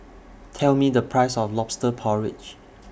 Tell Me The Price of Lobster Porridge